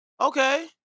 Okay